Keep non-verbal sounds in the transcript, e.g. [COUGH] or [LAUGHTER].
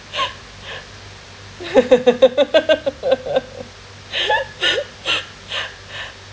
[BREATH] [LAUGHS] [BREATH]